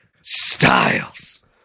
Styles